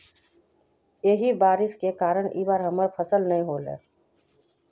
यही बारिश के कारण इ बार हमर फसल नय होले?